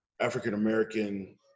African-American